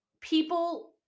people